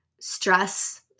stress